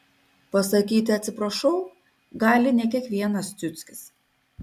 pasakyti atsiprašau gali ne kiekvienas ciuckis